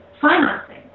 financing